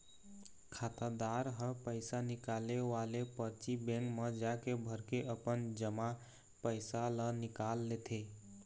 खातादार ह पइसा निकाले वाले परची बेंक म जाके भरके अपन जमा पइसा ल निकाल लेथे